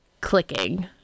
clicking